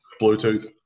Bluetooth